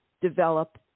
develop